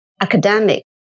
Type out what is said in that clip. academic